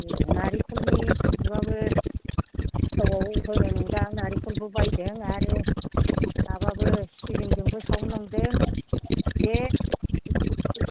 ए नारेंखलनि माबाबो सिथावआव होनो सानदों आं नारेंखलबो बायदों आरो माबाबो सिबिंजोंबो सावनो सानदों जे